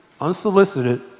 unsolicited